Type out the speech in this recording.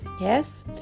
yes